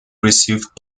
received